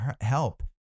help